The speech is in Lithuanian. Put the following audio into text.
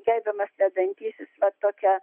gerbiamas vedantysis vat tokia